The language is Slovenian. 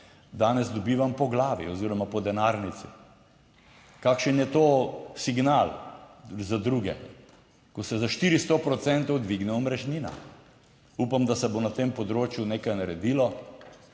danes dobivam po glavi oziroma po denarnici. Kakšen je to signal za druge, ko se za 400 procentov dvigne omrežnina, upam da se bo na tem področju nekaj naredilo,